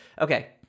okay